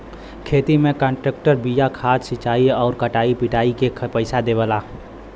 खेती में कांट्रेक्टर बिया खाद सिंचाई आउर कटाई पिटाई के पइसा देवला